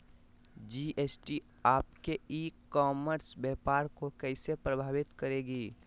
GST आपके e commerce व्यापार को कैसे प्रभावित करेगी?